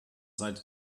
seite